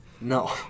No